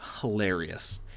hilarious